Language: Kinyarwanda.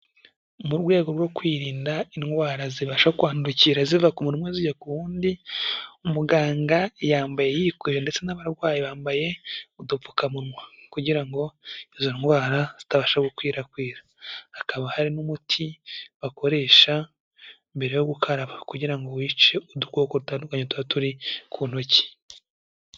Mu rwego rwo kwirinda indwara zibasha kwandukira ziva ku muntu umwe zijya ku wundi, muganga yambaye yikwije ndetse n'abarwaye bambaye udupfukamunwa kugira ngo izo ndwara zitabasha gukwirakwira hakaba hari n'umuti bakoresha mbere yo gukaraba kugira ngo wice udukoko dutandukanye tuba turi ku ntoki.